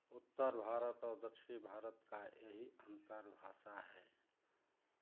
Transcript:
उत्तर भारत और दक्षिणी भारत का यही अंतर भाषा है